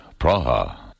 Praha